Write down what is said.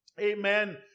amen